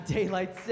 Daylight